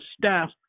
staff